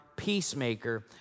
peacemaker